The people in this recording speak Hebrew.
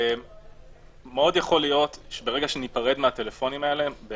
מאוד יכול להיות שברגע שניפרד מהטלפונים האלה מה